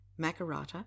makarata